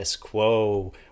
Quo